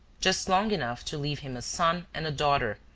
just long enough to leave him a son and a daughter,